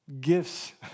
gifts